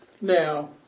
Now